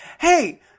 hey